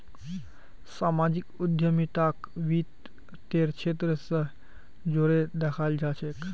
सामाजिक उद्यमिताक वित तेर क्षेत्र स जोरे दखाल जा छेक